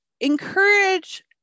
encourage